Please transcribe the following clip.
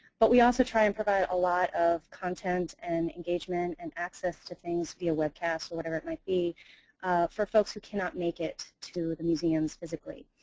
but we ah so try and provide a lot of content and engagement and access to things via web cast or whatever it might be for folks who cannot make it to the museums physically.